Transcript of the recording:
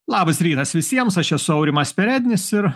labas rytas visiems aš esu aurimas perednis ir